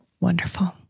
Wonderful